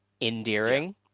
endearing